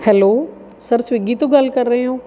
hello sir Swiggy ਤੋਂ ਗੱਲ ਕਰ ਰਹੇ ਹੋ